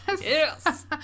Yes